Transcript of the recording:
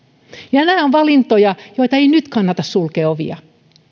nämä ovat valintoja joilta ei nyt kannata sulkea ovia